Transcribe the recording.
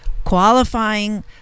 qualifying